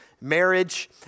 Marriage